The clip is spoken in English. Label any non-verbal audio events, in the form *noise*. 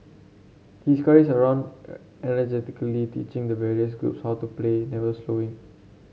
he scurries around *unintelligible* energetically teaching the various groups how to play never slowing